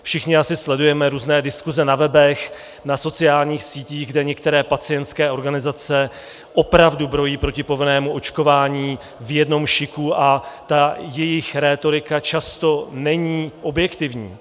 Všichni asi sledujeme různé diskuze na webech, na sociálních sítích, kde některé pacientské organizace opravdu brojí proti povinnému očkování v jednou šiku a ta jejich rétorika často není objektivní.